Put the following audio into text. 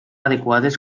adequades